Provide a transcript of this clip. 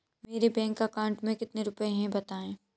मेरे bank account में कितने रुपए हैं बताएँ?